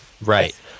right